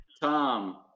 Tom